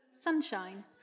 sunshine